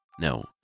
No